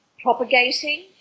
propagating